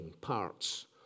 parts